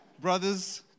Brothers